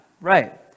right